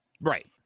Right